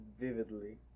vividly